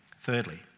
Thirdly